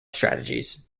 strategies